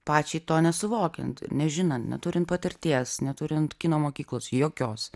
pačiai to nesuvokiant ir nežinant neturint patirties neturint kino mokyklos jokios